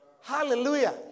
Hallelujah